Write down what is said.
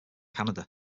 canada